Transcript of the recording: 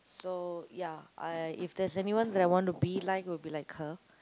so ya I if there's anyone that I want to be like will be like her